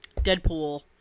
Deadpool